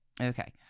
Okay